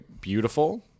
beautiful